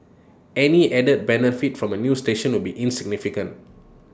any added benefit from A new station will be insignificant